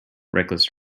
reckless